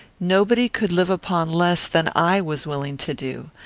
nobody could live upon less than i was willing to do.